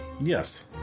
yes